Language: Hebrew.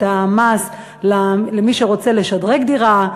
מס למי שרוצה לשדרג דירה.